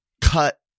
cut –